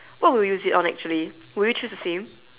what would you use it on actually would you choose the same